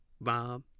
Bob